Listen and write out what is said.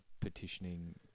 petitioning